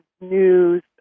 news